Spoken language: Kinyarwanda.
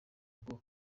ngo